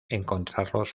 encontrarlos